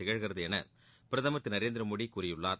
திகழ்கிறது என பிரதமர் திரு நரேந்திரமோடி கூறியுள்ளார்